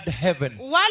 heaven